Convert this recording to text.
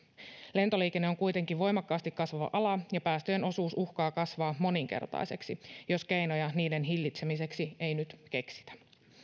lentoliikenne on kuitenkin voimakkaasti kasvava ala ja päästöjen osuus uhkaa kasvaa moninkertaiseksi jos keinoja niiden hillitsemiseksi ei nyt keksitä